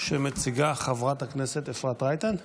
שמציגה חברת הכנסת אפרת רייטן,